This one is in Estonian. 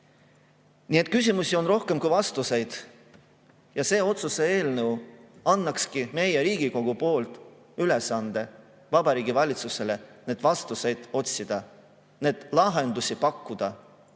Nii et küsimusi on rohkem kui vastuseid. See otsuse eelnõu annakski meie Riigikogu poolt ülesande Vabariigi Valitsusele neid vastuseid otsida, lahendusi pakkuda,